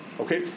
Okay